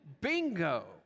Bingo